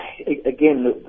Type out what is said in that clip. again